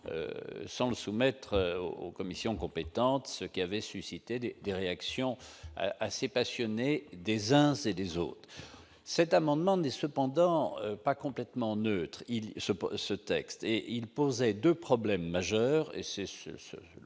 sans le soumettre aux commissions compétentes, ce qui avait suscité des réactions assez passionnées des uns et des autres. Cependant, cet amendement n'est pas complètement neutre et pose deux problèmes majeurs, ce